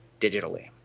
digitally